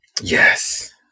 Yes